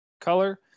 Color